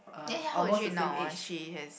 eh ya how is she now ah she has